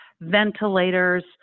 ventilators